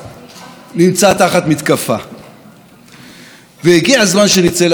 הגיע הזמן שנצא להתקפת נגד, כי זו מלחמה על הנשמה.